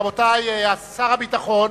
רבותי, שר הביטחון